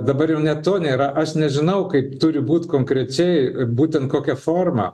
dabar jau net to nėra aš nežinau kaip turi būt konkrečiai būtent kokia forma